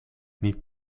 niet